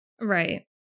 right